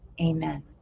Amen